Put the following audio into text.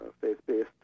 faith-based